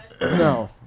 No